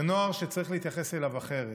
זה נוער שצריך להתייחס אליו אחרת,